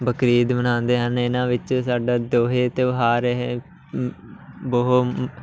ਬਕਰੀਦ ਮਨਾਉਂਦੇ ਹਨ ਇਹਨਾਂ ਵਿੱਚ ਸਾਡਾ ਦੋਹੇ ਤਿਉਹਾਰ ਇਹ ਬਹੁਤ